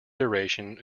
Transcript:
duration